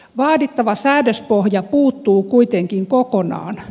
vaadittava säädöspohja puuttuu kuitenkin kokonaan